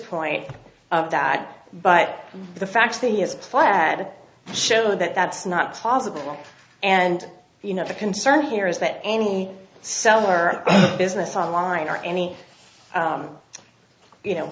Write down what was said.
point of that but the fact that he has pled show that that's not possible and you know the concern here is that any cell or business online or any you know